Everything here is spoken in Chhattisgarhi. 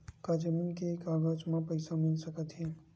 का जमीन के कागज म पईसा मिल सकत हे?